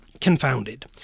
confounded